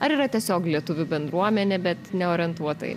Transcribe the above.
ar yra tiesiog lietuvių bendruomenė bet neorientuota į